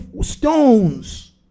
stones